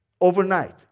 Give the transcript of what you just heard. overnight